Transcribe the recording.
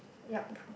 yup